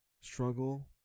struggle